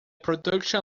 production